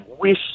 wish